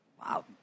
Wow